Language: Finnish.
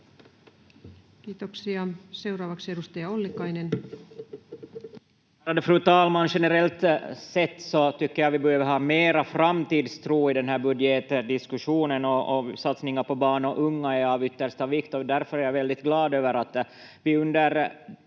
Kiitoksia. — Edustaja Ollikainen.